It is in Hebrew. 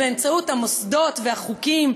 באמצעות המוסדות והחוקים,